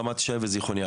רמת ישי וזכרון יעקב.